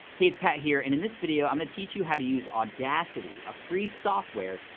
hey, it's pat here, and in this video, i'm gonna teach you how to use audacity, a free software,